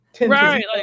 Right